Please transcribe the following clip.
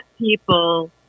people